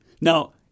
Now